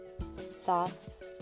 thoughts